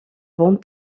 bon